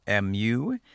MU